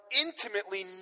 intimately